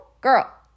girl